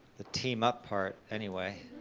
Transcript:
the team up part anyway,